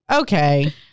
okay